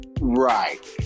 right